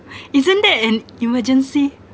isn't that an emergency